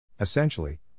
Essentially